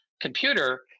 computer